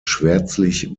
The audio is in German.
schwärzlich